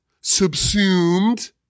subsumed